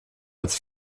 als